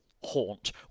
haunt